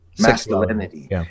masculinity